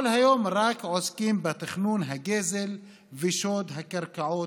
כל היום רק עוסקים בתכנון הגזל ושוד הקרקעות,